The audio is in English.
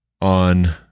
on